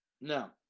No